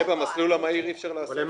ואת זה במסלול המהיר אי אפשר לעשות.